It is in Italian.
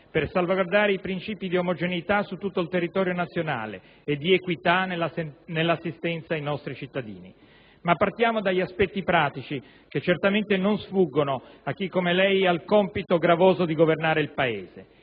per salvaguardare i princìpi dì omogeneità su tutto il territorio nazionale e di equità nell'assistenza ai nostri cittadini. Ma partiamo dagli aspetti pratici, che certamente non sfuggono a chi come lei ha il compito gravoso di governare il Paese.